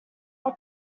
will